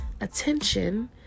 Attention